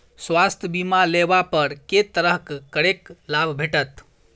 स्वास्थ्य बीमा लेबा पर केँ तरहक करके लाभ भेटत?